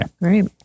Right